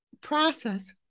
process